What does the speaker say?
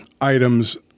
items